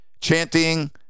chanting